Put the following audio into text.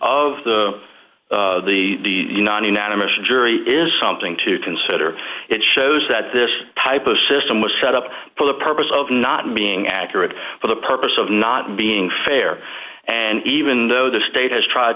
anonymous jury is something to consider it shows that this type of system was set up for the purpose of not being accurate for the purpose of not being fair and even though the state has tried